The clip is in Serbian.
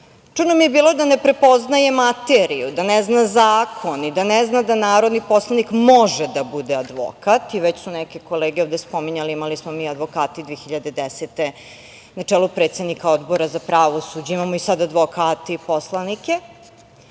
čudno mi je bilo da ne prepoznaje materiju, da ne zna zakon i da ne zna da narodni poslanik može da bude advokat. Neke kolege su ovde spominjale da smo imali advokate 2010. godine na čelu predsednika Odbora za pravosuđe, imamo i sada advokate poslanike